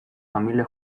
familia